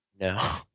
No